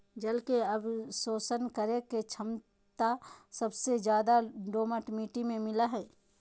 जल के अवशोषण करे के छमता सबसे ज्यादे दोमट मिट्टी में मिलय हई